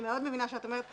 אני מאוד מבינה כשאת אומרת,